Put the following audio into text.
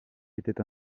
était